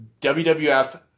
WWF